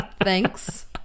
thanks